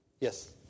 Yes